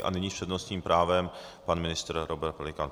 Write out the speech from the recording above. A nyní s přednostním právem pan ministr Robert Pelikán.